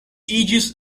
iĝis